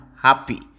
happy